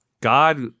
God-